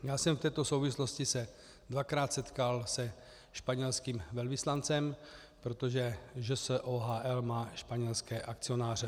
Já jsem se v této souvislosti dvakrát setkal se španělským velvyslancem, protože ŽS OHL má španělské akcionáře.